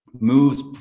moves